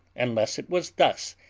unless it was thus,